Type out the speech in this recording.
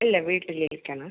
ഇല്ല വീട്ടിലേക്കാണ്